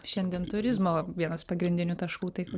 šiandien turizmo vienas pagrindinių taškų taip